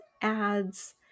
ads